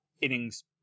innings